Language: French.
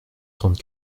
trente